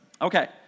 Okay